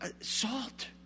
salt